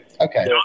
Okay